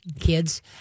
kids